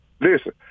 Listen